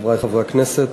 חברי חברי הכנסת,